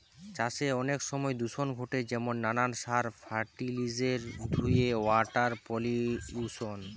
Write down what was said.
চাষে অনেক সময় দূষণ ঘটে যেমন নানান সার, ফার্টিলিসের ধুয়ে ওয়াটার পলিউশন